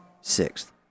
sixth